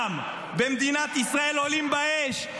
45,000 דונם במדינת ישראל עולים באש,